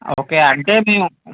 okay అంటే మేము